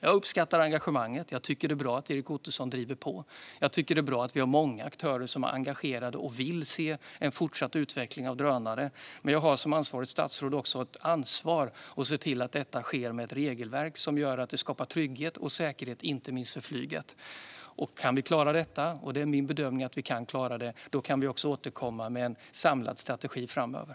Jag uppskattar engagemanget, och jag tycker att det är bra att Erik Ottoson driver på. Det är bra att vi har många aktörer som är engagerade och vill se en fortsatt utveckling av drönare. Men jag har som ansvarigt statsråd också ett ansvar att se till att detta sker med ett regelverk som gör att vi skapar trygghet och säkerhet, inte minst för flyget. Kan vi klara detta, och det är min bedömning att vi kan klara det, då kan vi också återkomma med en samlad strategi framöver.